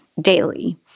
daily